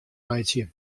meitsje